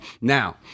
Now